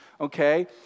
okay